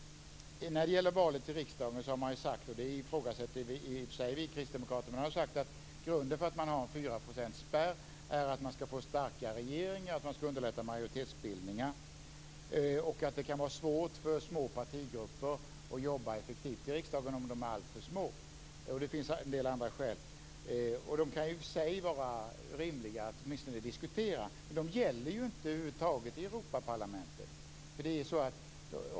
När det gäller valet till riksdagen har man sagt, vilket vi kristdemokrater i och för sig ifrågasätter, att grunden för en 4-procentsspärr är att man skall få starkare regeringar, att man skall underlätta majoritetsbildningar och att det kan vara svårt för alltför små partigrupper att arbeta effektivt i riksdagen. Det finns också en del andra skäl. De kan i och för sig vara rimliga att åtminstone diskutera, men de gäller ju över huvud taget inte i Europaparlamentet.